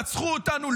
רצחו אותנו,